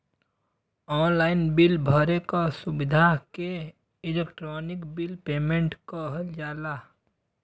online bill भरे क सुविधा के इलेक्ट्रानिक बिल पेमेन्ट कहल जाला